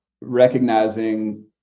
recognizing